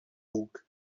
bug